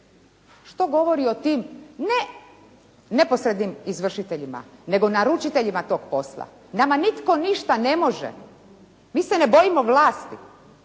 Što govori o tim ne neposrednim izvršiteljima, nego naručiteljima tog posla? Nama nitko ništa ne može! Mi se ne bojimo vlasti!